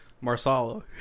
marsala